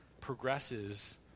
progresses